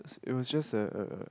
it was just a a a